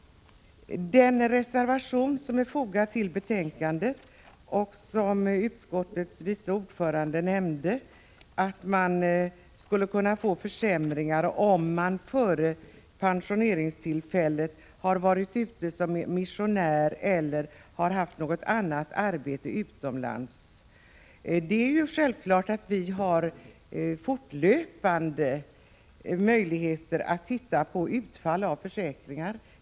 Utskottets vice ordförande nämnde reservationen där det står att det skulle kunna bli försämringar för dem som före pensioneringen har varit missionärer eller haft annat arbete utomlands. Det är självklart att det finns möjligheter att fortlöpande se på utfallet av försäkringar.